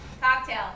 Cocktail